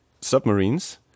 submarines